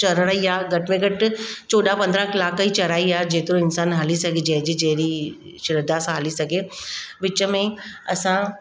चढ़ण ई आहे घटि में घटि चोॾहां पंद्रहां कलाक ई चढ़ाई आहे जेतिरो इंसानु हली सघे जंहिंजी जहिड़ी श्रद्धा सां हली सघे विच में असां